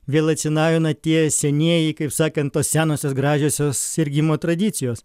vėl atsinaujina tie senieji kaip sakant tos senosios gražiosios sirgimo tradicijos